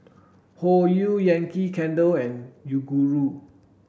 Hoyu Yankee Candle and Yoguru